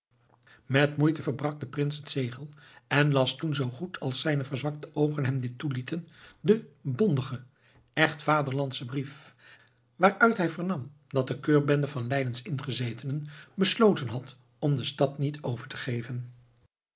met moeite verbrak de prins het zegel en las toen zoo goed als zijne verzwakte oogen hem dit toelieten den bondigen echt vaderlandschen brief waaruit hij vernam dat de keurbende van leidens ingezetenen besloten had om de stad niet over te geven